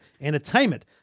entertainment